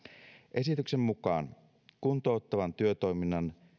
esityksen mukaan kuntouttavan työtoiminnan